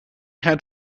had